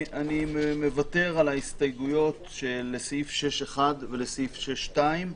אני מוותר על ההסתייגויות לסעיף 6(1) ולסעיף 6 (2),